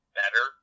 better